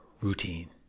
routine